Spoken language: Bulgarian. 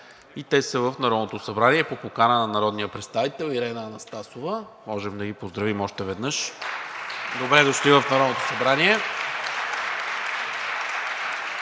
и те са в Народното събрание по покана на народния представител Ирена Анастасова. Можем да ги поздравим още веднъж. Добре дошли в Народното събрание!